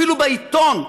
אפילו בעיתון,